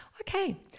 Okay